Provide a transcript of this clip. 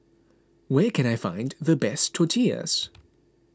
where can I find the best Tortillas